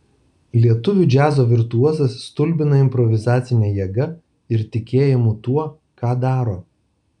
lietuvių džiazo virtuozas stulbina improvizacine jėga ir tikėjimu tuo ką daro